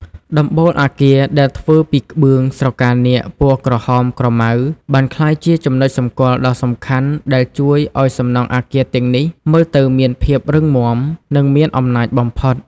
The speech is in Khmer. ដំបូលអគារដែលធ្វើពីក្បឿងស្រកានាគពណ៌ក្រហមក្រមៅ បានក្លាយជាចំណុចសម្គាល់ដ៏សំខាន់ដែលជួយឱ្យសំណង់អគារទាំងនេះមើលទៅមានភាពរឹងមាំ និងមានអំណាចបំផុត។